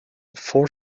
four